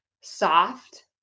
soft